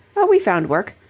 oh, we found work.